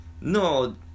No